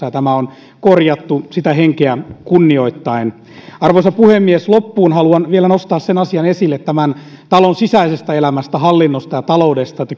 ja tämä on korjattu sitä henkeä kunnioittaen arvoisa puhemies loppuun haluan vielä nostaa sen asian esille tämän talon sisäisestä elämästä hallinnosta ja taloudesta että